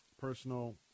personal